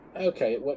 okay